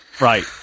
Right